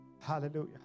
hallelujah